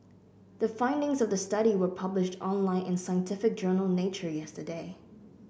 the findings of the study were published online in scientific journal Nature yesterday